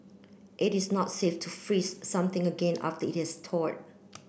it is not safe to freeze something again after it has thawed